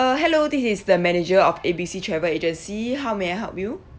~(uh) hello this is the manager of A B C travel agency how may I help you